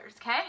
Okay